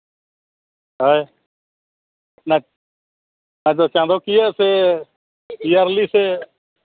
ᱦᱮᱸ ᱦᱮᱸ ᱟᱫᱚ ᱪᱟᱸᱫᱚ ᱠᱤᱭᱟᱹ ᱥᱮ ᱤᱭᱟᱨᱞᱤ ᱥᱮ